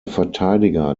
verteidiger